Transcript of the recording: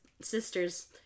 sisters